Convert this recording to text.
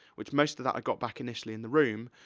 which most of that i got back, initially, in the room,